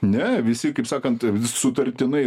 ne visi kaip sakant sutartinai